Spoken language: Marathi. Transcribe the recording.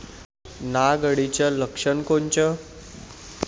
नाग अळीचं लक्षण कोनचं?